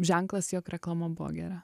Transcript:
ženklas jog reklama buvo gera